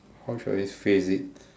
how should I phrase it